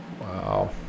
Wow